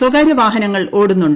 സ്വകാര്യ വാഹനങ്ങൾ ഓടുന്നുണ്ട്